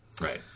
Right